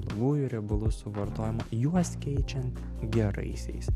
blogųjų riebalų suvartojimą juos keičiant geraisiais